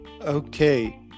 okay